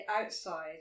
outside